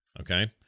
okay